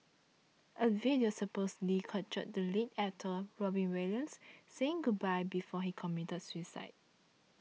a video supposedly captured the late actor Robin Williams saying goodbye before he committed suicide